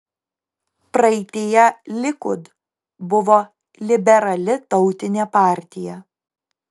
praeityje likud buvo liberali tautinė partija